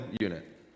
unit